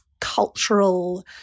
cultural